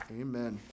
Amen